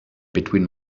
between